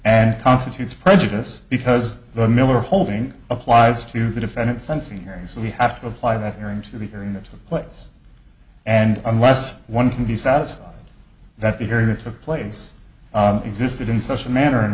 and constitutes prejudice because the miller holding applies to the defendant sensing hearing so we have to apply that you're into the hearing that took place and unless one can be satisfied that the hearing that took place existed in such a manner in